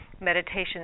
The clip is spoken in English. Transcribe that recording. meditation